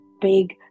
big